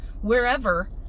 wherever